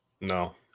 No